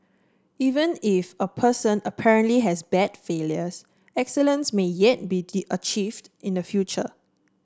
even if a person apparently has bad failures excellence may yet be achieved in the future